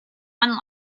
one